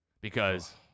because-